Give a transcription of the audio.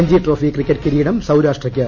Ranji trophy cricket കിരീടം സൌരാഷ്ട്രയ്ക്ക്